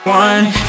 one